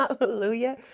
Hallelujah